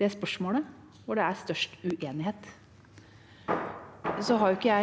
det spørsmålet hvor det er størst uenighet. Jeg har ikke